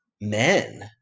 men